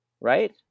right